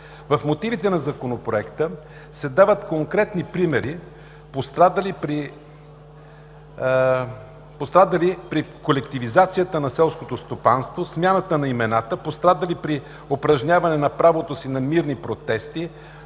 В мотивите на Законопроекта се дават конкретни примери – пострадали при колективизацията на селското стопанство, смяната на имената, пострадали при упражняване на правото си на мирни протести,